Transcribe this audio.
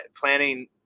planning